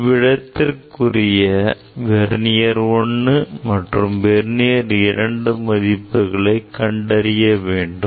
இவ்விடத்திற்கு உரிய வெர்னியர் 1 மற்றும் வெர்னியர் 2 மதிப்புகளை கண்டறிய வேண்டும்